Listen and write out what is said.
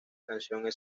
canción